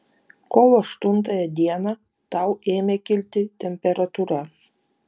kovo aštuntąją dieną tau ėmė kilti temperatūra